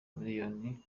miliyoni